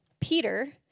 Peter